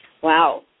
Wow